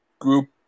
group